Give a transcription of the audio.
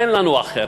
ואין לנו אחרת,